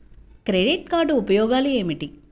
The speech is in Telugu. క్రెడిట్ కార్డ్ ఉపయోగాలు ఏమిటి?